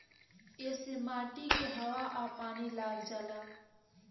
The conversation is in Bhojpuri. ऐसे माटी के हवा आ पानी लाग जाला